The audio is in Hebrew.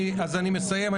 אז אני מסיים.